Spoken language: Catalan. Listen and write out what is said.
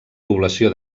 població